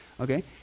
okay